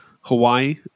Hawaii